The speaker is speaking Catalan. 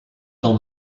del